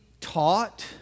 taught